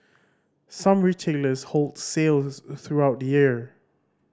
some retailers hold sales throughout the year